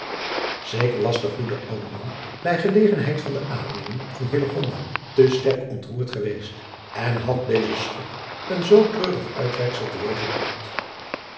zeker was de goede oude man bij gelegenheid van de aanneming van hillegonda te sterk ontroerd geweest en had deze schok een zoo treurig uitwerksel